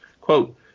Quote